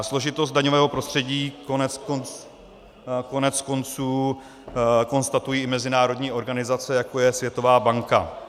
Složitost daňového prostředí koneckonců konstatují i mezinárodní organizace, jako je Světová banka.